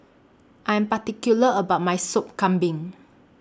I'm particular about My Sop Kambing